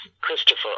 Christopher